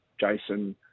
Jason